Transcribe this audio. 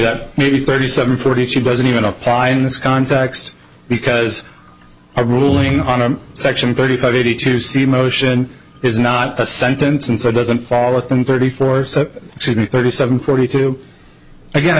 that maybe thirty seven forty she doesn't even apply in this context because i ruling on a section thirty five eighty two c motion is not a sentence and so doesn't fall within thirty four so shouldn't thirty seven forty two again i